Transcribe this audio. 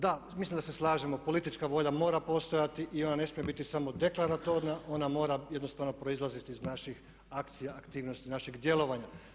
Da, mislim da se slažemo, politička volja mora postojati i ona ne smije biti samo deklaratorna, ona mora jednostavno proizlaziti iz naših akcija, aktivnosti, našeg djelovanja.